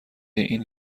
این